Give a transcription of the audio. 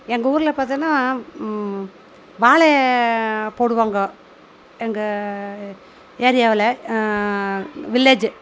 எங்கள் ஊரில் பாத்தோம்னா வாழைய போடுவாங்க எங்கள் ஏரியாவில் வில்லேஜு